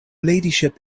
ladyship